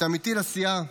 את עמיתי לסיעה,